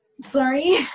sorry